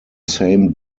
same